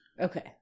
Okay